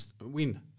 win